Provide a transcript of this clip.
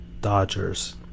Dodgers